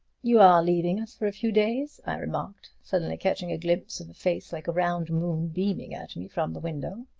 you are leaving us for a few days? i remarked, suddenly catching a glimpse of a face like a round moon beaming at me from the window.